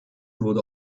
wurde